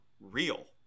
real